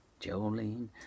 Jolene